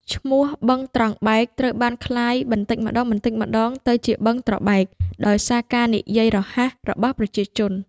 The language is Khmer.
ឈ្មោះ "បឹងត្រង់បែក" ត្រូវបានក្លាយបន្ដិចម្ដងៗទៅជា "បឹងត្របែក" ដោយសារការនិយាយរហ័សរបស់ប្រជាជន។